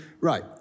right